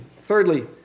Thirdly